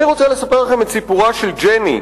אני רוצה לספר לכם את סיפורה של ג'ני,